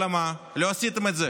אלא מה, לא עשיתם את זה.